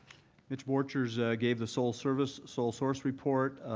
mitch borchers gave the sole service sole source report.